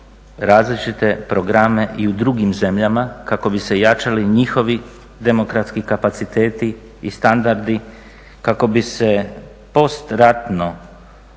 različite programe i u drugim zemljama kako bi se jačali njihovi demokratski kapaciteti i standardi, kako bi se post ratno